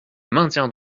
maintiens